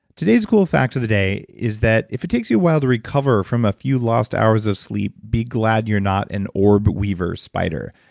today's cool fact of the day is that if it takes you a while to recover from a few lost hours of sleep, be glad you're not an orb-weaver spider.